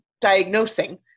diagnosing